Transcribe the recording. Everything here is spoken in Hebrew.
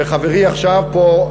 וחברי עכשיו פה,